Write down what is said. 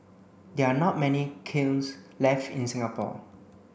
there are not many kilns left in Singapore